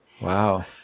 Wow